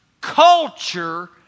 culture